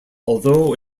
although